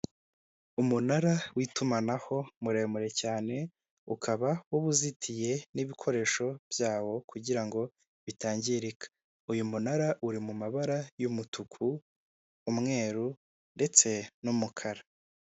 Umunara w'itumanaho muremure cyane ukaba uba uzitiye n'ibikoresho byawo kugira ngo bitangirika uyu munara uri mu mabara y'umutuku umweru ndetse n'umukara.